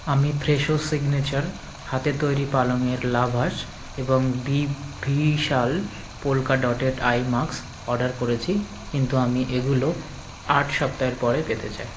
আমি Fresho signature হাতে তৈরি পালঙের লাভাশ এবং বি ভিশাল polka dotted eye mask order করেছি কিন্তু আমি এগুলো আট সপ্তাহের পরে পেতে চাই